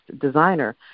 designer